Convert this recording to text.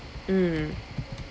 mm